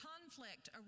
conflict